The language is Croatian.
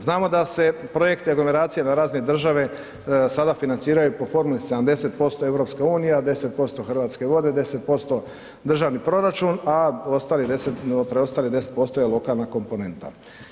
Znamo da se u projekte aglomeracije na razini države sada financiraju po formuli 70% EU-a a 10 Hrvatske vode, 10% državni proračun a preostalih 10% lokalna komponenta.